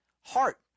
heart